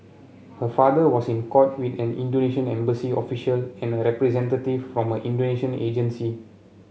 her father was in court with an Indonesian embassy official and a representative from her Indonesian agency